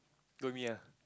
go with me ah